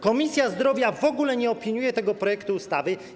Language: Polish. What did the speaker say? Komisja Zdrowia w ogóle nie opiniuje tego projektu ustawy.